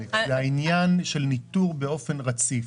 זה עניין של ניטור באופן רציף.